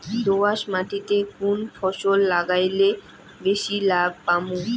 দোয়াস মাটিতে কুন ফসল লাগাইলে বেশি লাভ পামু?